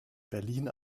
berlin